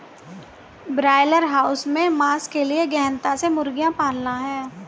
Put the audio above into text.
broiler house में मांस के लिए गहनता से मुर्गियां पालना है